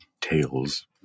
tales